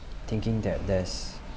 thinking that there's